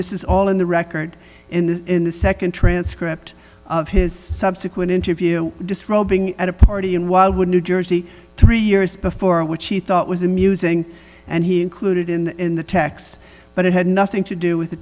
this is all in the record in the in the nd transcript of his subsequent interview disrobing at a party in wildwood new jersey three years before which he thought was amusing and he included in the text but it had nothing to do with the